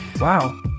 Wow